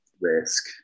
risk